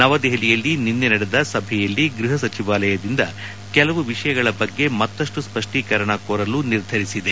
ನವದೆಹಲಿಯಲ್ಲಿ ನಿನ್ನೆ ನಡೆದ ಸಭೆಯಲ್ಲಿ ಗೃಹ ಸಚಿವಾಲಯದಿಂದ ಕೆಲವು ವಿಷಯಗಳ ಬಗ್ಗೆ ಮತ್ತಷ್ಟು ಸ್ಪಷ್ಟೀಕರಣ ಕೋರಲು ನಿರ್ಧರಿಸಿದೆ